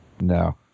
No